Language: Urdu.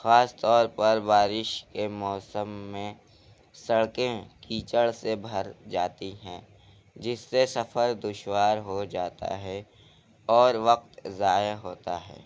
خاص طور پر بارش کے موسم میں سڑکیں کیچڑ سے بھر جاتی ہیں جس سے سفر دشوار ہو جاتا ہے اور وقت ضائع ہوتا ہے